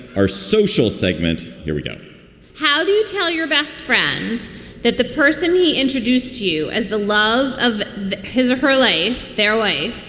our social segment. here we go how do you tell your best friends that the person he introduced to you as the love of his or her laid their life